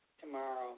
tomorrow